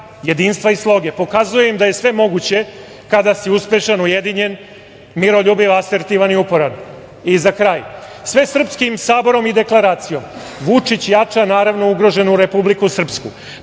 jedinstva i sloge. Pokazuje im da je sve moguće kada si uspešan, ujedinjen, miroljubiv, asirtivan i uporan.Za kraj, Svesrpskim saborom i deklaracijom, Vučić jača naravno ugroženu Republiku Srpsku,